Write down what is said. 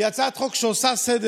היא הצעת חוק שעושה סדר